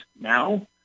now